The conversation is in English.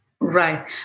Right